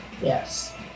Yes